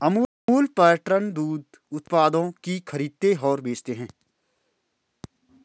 Amul pattern दूध उत्पादों की खरीदते और बेचते है